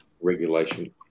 regulation